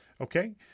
okay